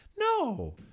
no